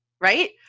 Right